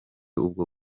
ubwo